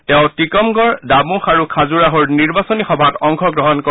তেওঁ টিকমগড় দামোহ আৰু খাজুৰাহুৰ নিৰ্বাচনী সভাত অংশগ্ৰহণ কৰে